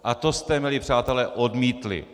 A to jste, milí přátelé, odmítli.